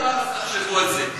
תחשבו על זה.